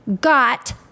got